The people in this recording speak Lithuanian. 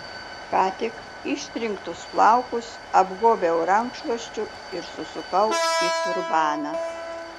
ką tik ištrinktus plaukus apgobiau rankšluosčiu ir susukau į turbaną